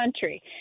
country